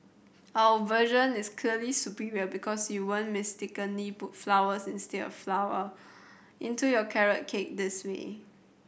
our version is clearly superior because you won't mistakenly put flowers instead of flour into your carrot cake this way